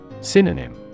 Synonym